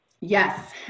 Yes